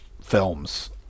films